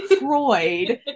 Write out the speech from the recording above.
Freud